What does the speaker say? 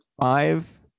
five